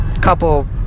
couple